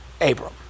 Abram